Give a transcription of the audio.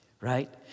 Right